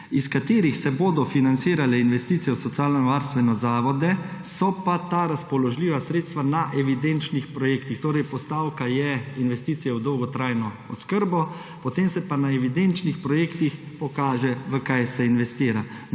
iz katerih se bodo financirale investicije v socialnovarstvene zavode, so pa ta razpoložljiva sredstva na evidenčnih projektih, torej postavka je investicija v dolgotrajno oskrbo, potem se pa na evidenčnih projektih pokaže, v kaj se investira.